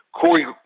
Corey